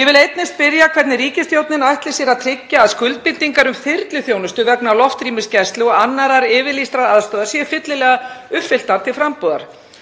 Ég vil einnig spyrja hvernig ríkisstjórnin ætli sér að tryggja að skuldbindingar um þyrluþjónustu vegna loftrýmisgæslu og annarrar yfirlýstrar aðstoðar séu fyllilega uppfylltar til frambúðar.